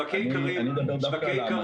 בדיוק.